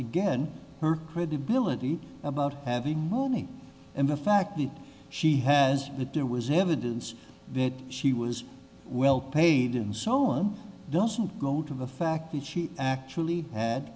again her credibility about having money and the fact that she has that there was evidence that she was well paid in so i'm doesn't go to the fact that she actually had